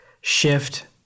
shift